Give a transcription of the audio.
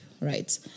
right